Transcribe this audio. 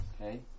Okay